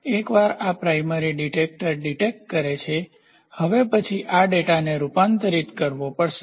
એકવાર આ પ્રાઇમરીપ્રાથમિક ડિટેક્ટર ડિટેક્ટ કરે છે હવે પછી આ ડેટાને રૂપાંતરિત કરવો પડશે